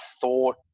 thought